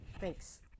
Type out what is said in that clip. Thanks